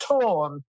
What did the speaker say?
torn